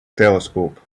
telescope